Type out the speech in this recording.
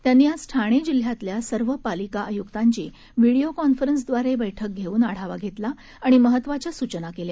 त्यांनी आज ठाणे जिल्ह्यातल्या सर्व पालिका आयुकांची व्हीडीओ कॉन्फरन्सद्वारे बैठक घेऊन आढावा घेतला आणि महत्वाच्या सूचना केल्या